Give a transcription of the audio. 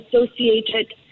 associated